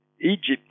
Egypt